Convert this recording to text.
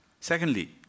Secondly